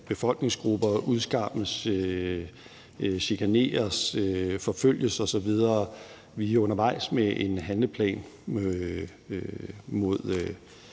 at befolkningsgrupper udskammes, chikaneres, forfølges osv. Vi er undervejs med en handleplan om